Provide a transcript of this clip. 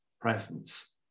presence